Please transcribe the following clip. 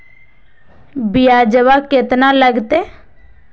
ब्यजवा केतना लगते?